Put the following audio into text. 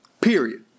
period